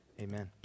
amen